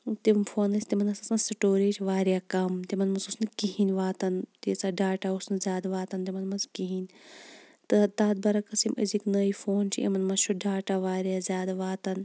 تِم فون ٲسۍ تِمَن ٲس آسان سِٹوریج واریاہ کَم تِمَن مَنٛز اوس نہٕ کِہیٖنٛۍ واتان تیٖژاہ ڈاٹا طڈاتاظ اوس نہٕ زیادٕ واتان تِمَن مَنٛز کِہیٖٛۍ تہٕ تَتھ بَرعکس یِم أزِکۍ نٔے فون چھِ یِمَن مَنٛز چھُ ڈاٹا واریاہ زیادٕ واتان